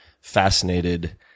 fascinated